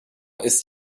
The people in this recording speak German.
ist